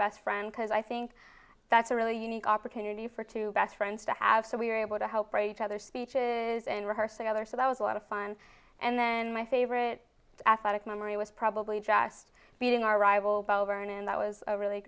best friend because i think that's a really unique opportunity for two best friends to have so we're able to help right other speeches and rehearsing other so that was a lot of fun and then my favorite athletic memory was probably just meeting our rival bellhorn and that was a really